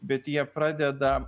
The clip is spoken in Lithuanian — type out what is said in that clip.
bet jie pradeda